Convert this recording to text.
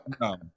no